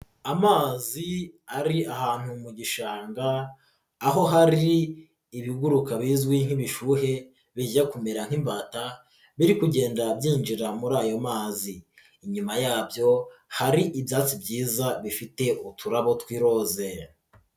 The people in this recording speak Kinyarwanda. Amazi ari ahantu mu gishanga aho hari ibiguruka bizwi nk'ibishuhe bijya kumera nk'imbata biri kugenda byinjira muri ayo mazi inyuma yabyo hari ibyatsi byiza bifite uturabo tw'iroze.